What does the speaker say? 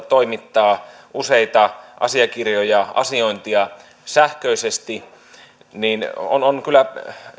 toimittaa useita asiakirjoja sähköisesti on on kyllä